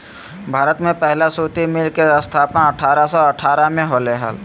भारत में पहला सूती मिल के स्थापना अठारह सौ अठारह में होले हल